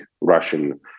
Russian